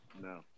no